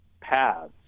paths